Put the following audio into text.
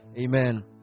Amen